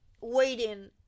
waiting